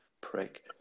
prick